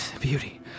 beauty